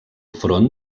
front